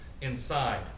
inside